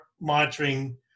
monitoring